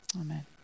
Amen